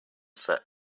set